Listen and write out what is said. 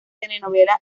telenovela